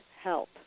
help